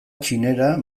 txinera